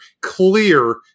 clear